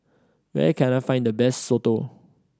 where can I find the best soto